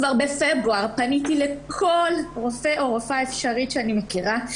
כבר בפברואר פניתי לכל רופא או רופאה אפשריים שאני מכירה,